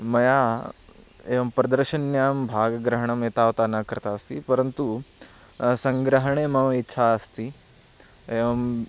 मया एवं प्रदर्शिन्यां भागग्रहणं एतावता न कृता अस्ति परन्तु सङ्ग्रहणे मम इच्छा अस्ति एवं